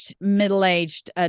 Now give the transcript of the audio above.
Middle-aged